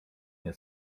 nie